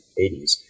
80s